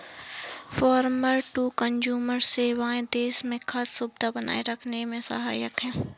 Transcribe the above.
farmer to consumer सेवाएं देश में खाद्य सुरक्षा बनाए रखने में सहायक है